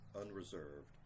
unreserved